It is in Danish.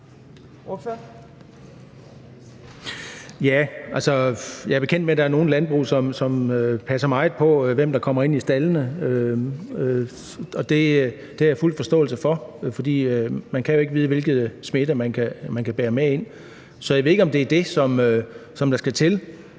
jeg er bekendt med, at der er nogle landbrug, som passer meget på, hvem der kommer ind i staldene. Og det har jeg fuld forståelse for, for man kan jo ikke vide, hvilken smitte man kan bære med ind. Så jeg ved ikke, om det er det, der skal til.